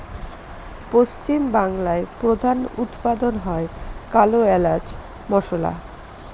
পশ্চিম বাংলায় প্রধান উৎপাদন হয় কালো এলাচ মসলা